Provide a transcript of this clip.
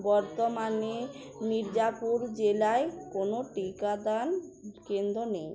বর্তমানে মিরজাপুর জেলায় কোনো টিকাদান কেন্দ্র নেই